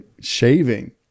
shaving